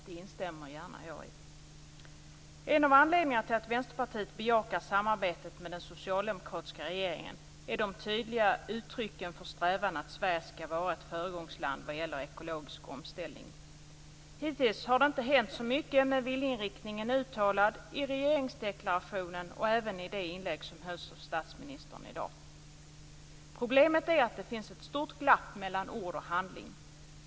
Det instämmer jag gärna i. En av anledningarna till att Vänsterpartiet bejakar samarbetet med den socialdemokratiska regeringen är de tydliga uttrycken för strävan att Sverige skall vara ett föregångsland vad gäller ekologisk omställning. Hittills har det inte hänt så mycket, men viljeinriktningen är uttalad i regeringsdeklarationen och även i det inlägg som hölls av statsministern i dag. Problemet är att det finns ett stort glapp mellan ord och handling.